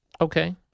Okay